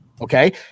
Okay